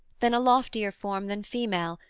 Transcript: then a loftier form than female,